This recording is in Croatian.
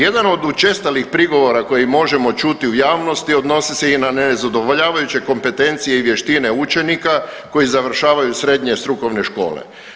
Jedan od učestalih prigovora koji možemo čuti u javnosti odnosi se i na nezadovoljavajuće kompetencije i vještine učenika koji završavaju srednje strukovne škole.